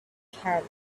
caravan